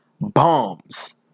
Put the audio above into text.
bombs